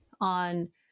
on